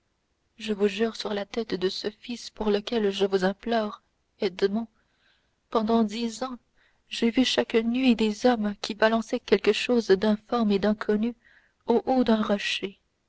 je vous le jure sur la tête de ce fils pour lequel je vous implore edmond pendant dix ans j'ai vu chaque nuit des hommes qui balançaient quelque chose d'informe et d'inconnu au haut d'un rocher